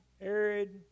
arid